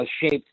shaped